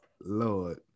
Lord